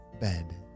bed